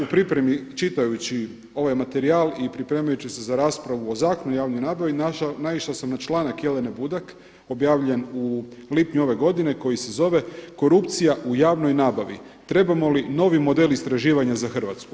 U pripremi čitajući ovaj materijal i pripremajući se za raspravu o Zakonu o javnoj nabavi naišao sam na članak Jesene Budak objavljen u lipnju ove godine koji se zove „Korupcija u javnoj nabavi – trebamo li novi model istraživanja za Hrvatsku“